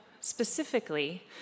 specifically